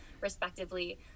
respectively